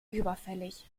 überfällig